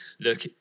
look